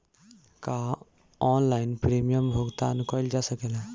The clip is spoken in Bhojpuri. का ऑनलाइन प्रीमियम भुगतान कईल जा सकेला?